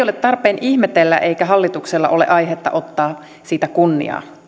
ole tarpeen ihmetellä eikä hallituksella ole aihetta ottaa siitä kunniaa